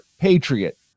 patriot